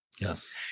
Yes